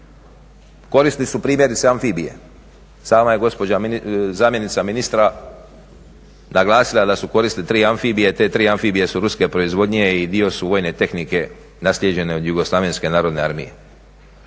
koristili su primjerice amfibije. Sama je gospođa zamjenica ministra naglasila da su koristili tri amfibije. Te tri amfibije su ruske proizvodnje i dio su vojne tehnike naslijeđene od JNA-e. To je